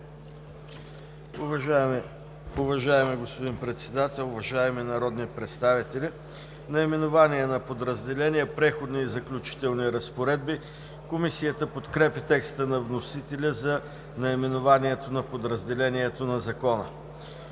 Уважаеми господин Председател, уважаеми народни представители! Наименование на подразделение „Преходни и заключителни разпоредби“. Комисията подкрепя текста на вносителя за наименованието на подразделението на Закона.